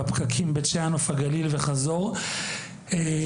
בפקקים בית שאן-נוף הגליל וחזור --- שעתיים,